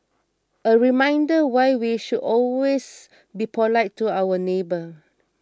a reminder why we should always be polite to our neighbours